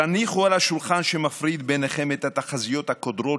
תניחו על השולחן שמפריד ביניכם את התחזיות הקודרות